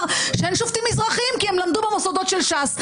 שאין שופטים מזרחיים כי הם למדו במוסדות של ש"ס.